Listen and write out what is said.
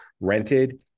rented